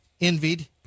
Envied